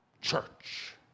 church